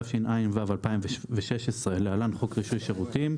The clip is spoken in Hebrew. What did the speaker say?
התשע"ו-2016 (להלן חוק רישוי שירותים)